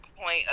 point